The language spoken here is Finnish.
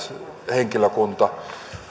henkilökunta